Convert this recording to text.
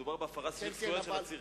מדובר בהפרת זכויות של עצירים.